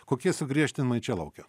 kokie sugriežtinimai čia laukia